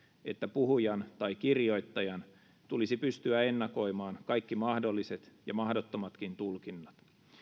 että puhujan tai kirjoittajan tulisi pystyä ennakoimaan kaikki mahdolliset ja mahdottomatkin tulkinnat